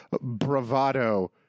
bravado